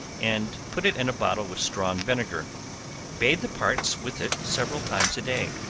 and put it in a bottle with strong vinegar bathe the parts with it several times a day.